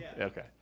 Okay